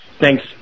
Thanks